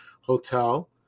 Hotel